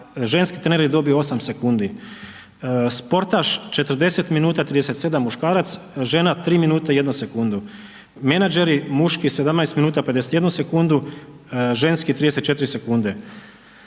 ženski trener je dobio 8 sekundi, sportaš 40 minuta, 37 muškarac, žena 3 minute i 1 sekundu, menadžeri muški 17 minuta, 51 sekundu, ženski 34 sekunde.